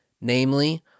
namely